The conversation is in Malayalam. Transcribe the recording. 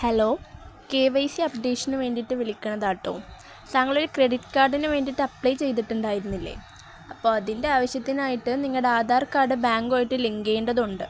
ഹലോ കെ വൈ സി അപ്ഡേഷനു വേണ്ടിയിട്ടു വിളിക്കണതാണു കെട്ടോ താങ്കളൊരു ക്രെഡിറ്റ് കാർഡിന് വേണ്ടിയിട്ട് അപ്ലൈ ചെയ്തിട്ടുണ്ടായിരുന്നില്ലേ അപ്പോള് അതിൻ്റെ ആവശ്യത്തിനായിട്ട് നിങ്ങളുടെ ആധാർ കാർഡ് ബാങ്കുമായിട്ട് ലിങ്ക് ചെയ്യേണ്ടതുണ്ട്